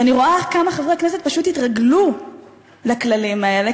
ואני רואה כמה חברי הכנסת פשוט התרגלו לכללים האלה,